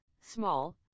small